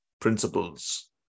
principles